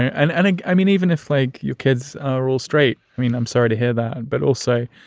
and and ah i mean, even if, like you kids are all straight. i mean, i'm sorry to hear that and but also,